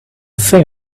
think